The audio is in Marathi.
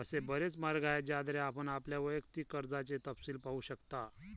असे बरेच मार्ग आहेत ज्याद्वारे आपण आपल्या वैयक्तिक कर्जाचे तपशील पाहू शकता